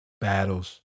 battles